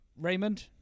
Raymond